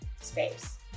space